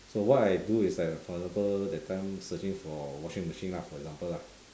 so what I do is like for example that time searching for washing machine lah for example lah